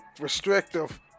restrictive